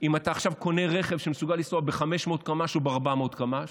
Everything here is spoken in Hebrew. אם אתה עכשיו קונה רכב שמסוגל לנסוע ב-500 קמ"ש או ב-400 קמ"ש,